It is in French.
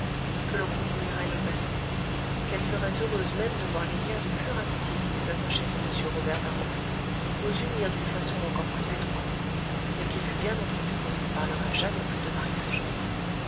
que l'on continuerait le passé qu'elle serait heureuse même de voir les liens de pure amitié qui nous attachaient à m robert darzac nous unir d'une façon encore plus étroite mais qu'il fût bien entendu qu'on ne lui parlerait jamais plus de mariage